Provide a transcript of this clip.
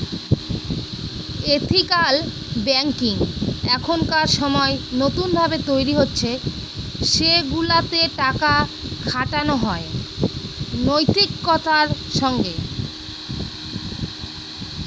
ethical banking এখনকার সময় নতুন ভাবে তৈরী হচ্ছে সেগুলাতে টাকা খাটানো হয় নৈতিকতার সঙ্গে